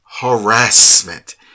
harassment